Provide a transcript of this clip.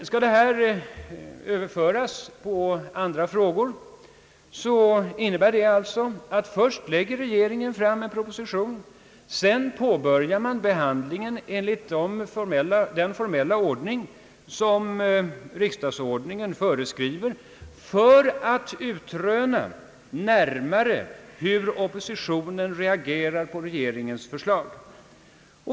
Skall detta överföras på behandlingen av andra frågor, innebär det alitså att regeringen först lägger fram en proposition och att man sedan på börjar behandlingen i den formella ordning som föreskrives i riksdagsordningen för att närmare utröna hur oppositionen reagerar på regeringens förslag.